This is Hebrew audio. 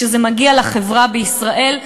כשזה מגיע לחברה בישראל,